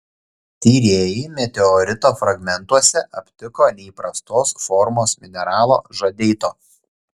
tyrėjai meteorito fragmentuose aptiko neįprastos formos mineralo žadeito